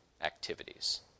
activities